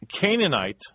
Canaanite